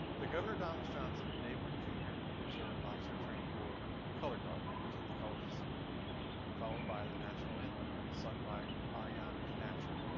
the governor thomas johnson naval junior reserve officer training corps color guard will present the colors this evening followed by the national anthem, sung by arianna connacher,